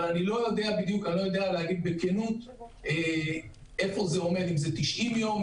אבל אני לא יודע לומר אם זה 90 יום,